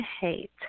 hate